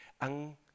ang